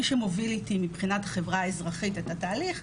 מי שמוביל איתי מבחינת החברה האזרחית את התהליך,